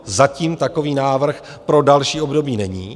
Zatím takový návrh pro další období není.